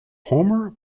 homer